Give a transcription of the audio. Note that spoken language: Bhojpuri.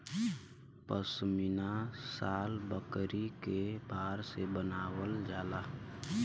पश्मीना शाल बकरी के बार से बनावल जाला